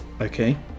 Okay